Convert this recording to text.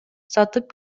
сатып